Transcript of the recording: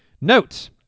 Note